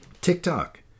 TikTok